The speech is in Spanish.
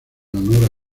honor